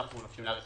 אנחנו רוצים להאריך